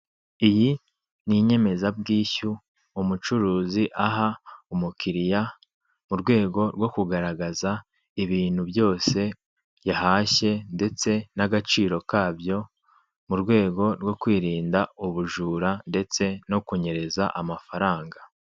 Iyi ni inyemezabwishyi umucuruzi aha umukiriya, mu rwego rwo kugaragaza ibintu byoshye yahashye, ndetse n'agaciro kabyo, mu rwego rwo kwirinda ubujura ndetse no kunyereza amafaranga.